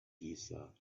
giza